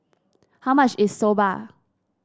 how much is Soba